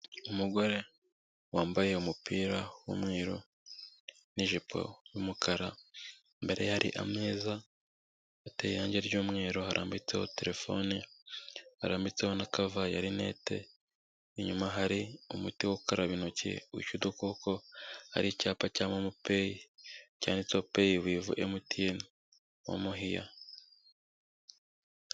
Umugore wambaye umupira w'umweru n'ijipo y'umukara, imbere ye hari ameza ateye irangi ry'umweru, harambitseho telefone, harambitseho na kava ya rinete. Inyuma hari umuti wo gukaraba intoki wica udukoko, hari icyapa cya momo pay, cyanditsho pay with MTN momo here.